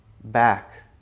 back